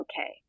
okay